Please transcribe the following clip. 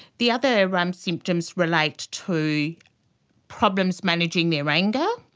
the other um symptoms relate to problems managing their anger.